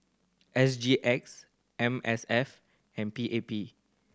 S G X M S F and P A P